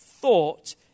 thought